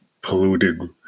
polluted